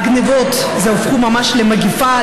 הגניבות הפכו ממש למגפה,